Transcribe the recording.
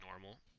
normal